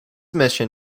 mission